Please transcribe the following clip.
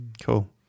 Cool